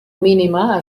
mínima